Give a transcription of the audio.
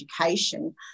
education